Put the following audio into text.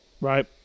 Right